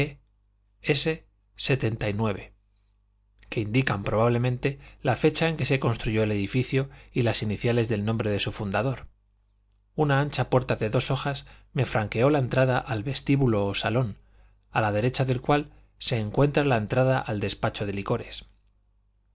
cifras p s que indican probablemente la fecha en que se construyó el edificio y las iniciales del nombre de su fundador una ancha puerta de dos hojas me franqueó la entrada al vestíbulo o salón a la derecha del cual se encuentra la entrada al despacho de licores